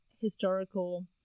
historical